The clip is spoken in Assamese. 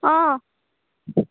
অঁ